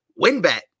WinBet